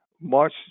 March